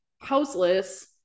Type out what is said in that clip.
houseless